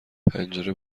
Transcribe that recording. پنجره